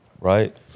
Right